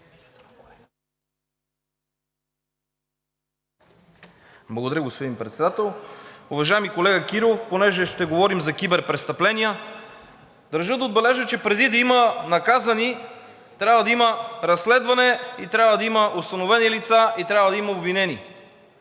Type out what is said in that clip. Благодаря, господин Председател. Уважаеми колега Кирилов, понеже ще говорим за киберпрестъпления, държа да отбележа, че преди да има наказани, трябва да има разследване, трябва да има установени лица и трябва да има обвинени.